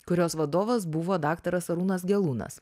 kurios vadovas buvo daktaras arūnas gelūnas